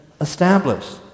established